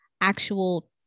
actual